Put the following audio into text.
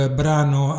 brano